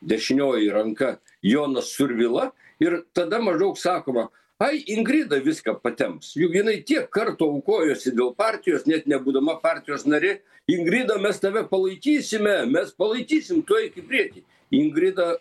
dešinioji ranka jonas survila ir tada maždaug sakoma ai ingrida viską patemps juk jinai tiek kartų aukojosi dėl partijos net nebūdama partijos narė ingrida mes tave palaikysime mes palaikysim tu eik į priekį ingrida